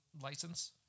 license